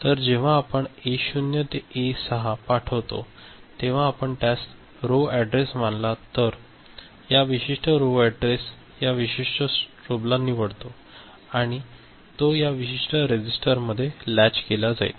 तर जेव्हा आपण ए 0 ते ए 6 पाठवितो तेव्हा आपण त्यास रो अॅड्रेस मानला तर हा विशिष्ट रो अॅड्रेस या विशिष्ट स्ट्रॉब ला निवडतो आणि तो या विशिष्ट रजिस्टरमध्ये लॅच केला जाईल